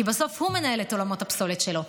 כי בסוף הוא מנהל את עולמות הפסולת שלו.